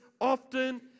often